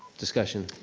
discussion.